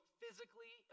physically